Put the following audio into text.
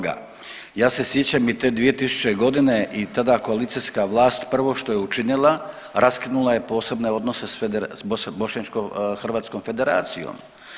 Ja se sjećam i te 2000. godine i tada koalicijska vlast prvo što je učinila raskinula je posebne odnose s bošnjačkom hrvatskom federacijom.